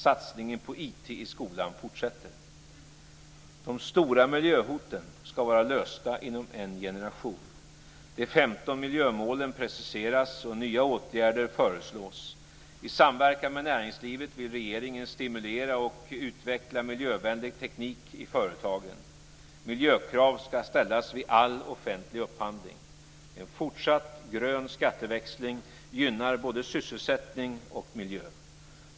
Satsningen på IT i skolan fortsätter. De stora miljöhoten ska vara lösta inom en generation. De 15 miljömålen preciseras och nya åtgärder föreslås. I samverkan med näringslivet vill regeringen stimulera och utveckla miljövänlig teknik i företagen. Miljökrav ska ställas vid all offentlig upphandling. En fortsatt grön skatteväxling gynnar både sysselsättning och miljö.